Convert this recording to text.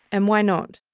and why not?